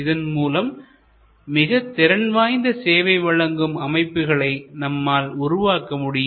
இதன் மூலம் மிகத் திறன்வாய்ந்த சேவை வழங்கும் அமைப்புகளை நம்மால் உருவாக்க முடியும்